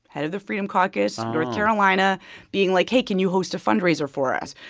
head of the freedom caucus. oh. north carolina being like, hey, can you host a fundraiser for us?